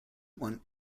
won